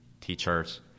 teachers